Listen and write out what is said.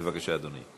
בבקשה, אדוני.